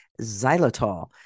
xylitol